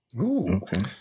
Okay